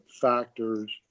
factors